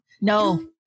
No